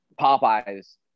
Popeye's